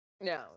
No